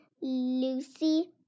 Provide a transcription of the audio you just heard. Lucy